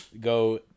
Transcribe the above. Go